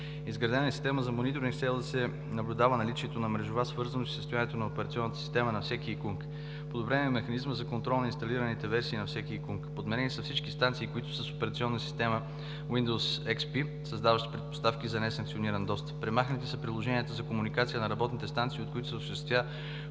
изградена е система за мониторинг с цел да се наблюдава наличието на мрежова свързаност и състоянието на оперативната система на всеки ИКУНК; подобрен е механизмът за контрол на инсталираните версии на всеки ИКУНК; подменени са всички станции, които са с операционна система Windows XP, създаваща предпоставки за несанкциониран достъп; премахнати са приложенията за комуникация на работните станции, от които се